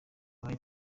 ubaye